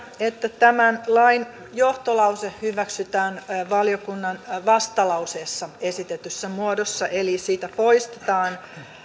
että tämän lain johtolause hyväksytään valiokunnan vastalauseessa esitetyssä muodossa eli siitä poistetaan